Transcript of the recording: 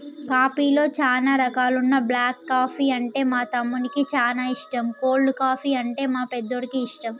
కాఫీలో చానా రకాలున్న బ్లాక్ కాఫీ అంటే మా తమ్మునికి చానా ఇష్టం, కోల్డ్ కాఫీ, అంటే మా పెద్దోడికి ఇష్టం